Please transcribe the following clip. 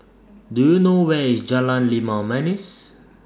Do YOU know Where IS Jalan Limau Manis